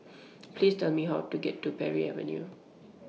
Please Tell Me How to get to Parry Avenue